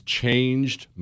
changed